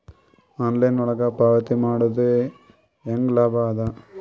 Online ಒಳಗ ಪಾವತಿ ಮಾಡುದು ಹ್ಯಾಂಗ ಲಾಭ ಆದ?